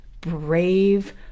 brave